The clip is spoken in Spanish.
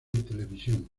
televisión